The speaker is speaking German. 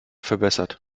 verbessert